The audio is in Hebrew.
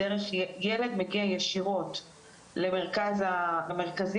ילד מגיע ישירות למרכזים,